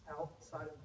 outside